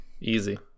Easy